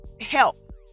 help